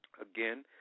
Again